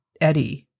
Eddie